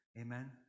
Amen